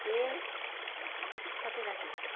তেল সাথে রাখি